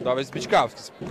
domisi bičkauskis